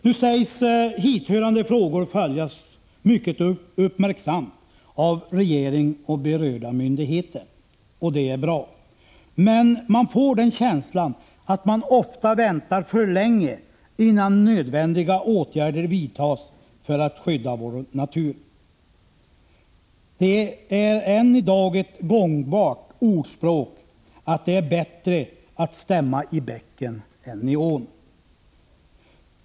Nu sägs hithörande frågor följas mycket uppmärksamt av regering och berörda myndigheter, och det är bra, men jag får känslan av att man ofta väntar för länge innan nödvändiga åtgärder vidtas för att skydda vår natur. Det är än i dag ett gångbart ordspråk att det är bättre att stämma i bäcken än i ån.